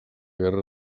guerra